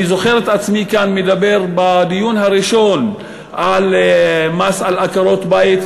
אני זוכר את עצמי כאן מדבר בדיון הראשון על מס על עקרות-בית,